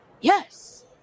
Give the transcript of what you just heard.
Yes